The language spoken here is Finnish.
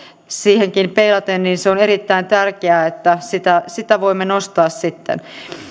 siihenkin peilaten on erittäin tärkeää että sitä sitä voimme nostaa sitten